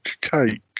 cake